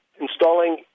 installing